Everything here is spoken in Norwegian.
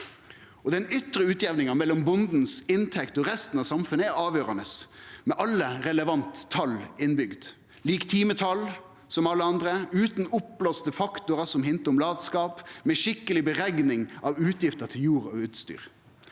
Den ytre utjamninga mellom inntektene til bonden og resten av samfunnet er avgjerande, med alle relevante tal innebygd: likt timetal som alle andre, utan oppblåste faktorar som hintar om latskap, og med skikkeleg berekning av utgifter til jord og utstyr.